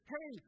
Hey